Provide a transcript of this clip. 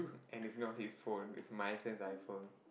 and it's not his phone it's Maison's iPhone